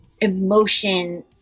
emotion